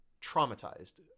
traumatized